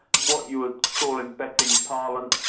what you would call in betting parlance,